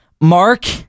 Mark